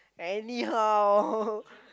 anyhow